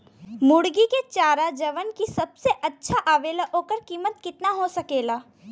मुर्गी के चारा जवन की सबसे अच्छा आवेला ओकर कीमत केतना हो सकेला?